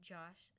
Josh